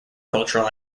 cultural